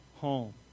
home